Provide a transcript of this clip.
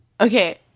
Okay